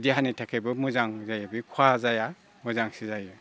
देहानि थाखायबो मोजां जायो बे खहा जाया मोजांसो जायो